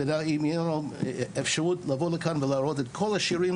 ואם תהיה לנו אפשרות לבוא לכאן נראה את כל השירים